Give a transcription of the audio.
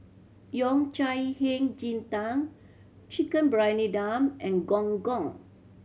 Yao Cai Hei Ji Tang Chicken Briyani Dum and Gong Gong